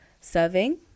serving